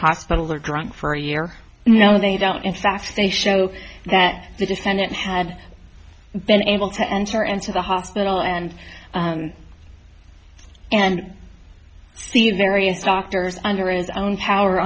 hospital or drunk for a year no they don't in fact they show that the defendant had been able to enter into the hospital and and various doctors under its own power